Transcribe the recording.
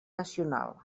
nacional